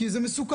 כי זה מסוכן.